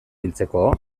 hiltzeko